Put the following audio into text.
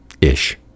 ish